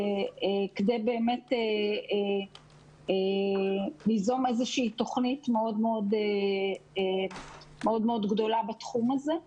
כדי באמת ליזום איזושהי תוכנית מאוד מאוד גדולה בתחום הזה.